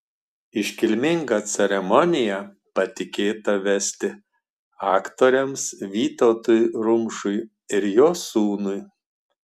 iškilmingą ceremoniją patikėta vesti aktoriams vytautui rumšui ir jo sūnui